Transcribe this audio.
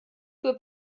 für